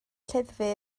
lleddfu